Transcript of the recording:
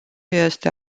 este